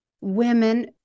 women